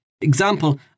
Example